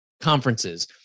conferences